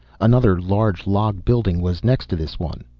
another, larger log building was next to this one,